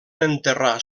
enterrar